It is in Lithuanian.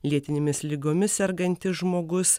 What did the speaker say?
lėtinėmis ligomis sergantis žmogus